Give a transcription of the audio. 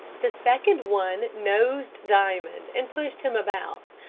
the second one nosed diamond, and pushed him about,